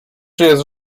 jest